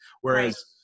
Whereas